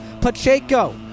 Pacheco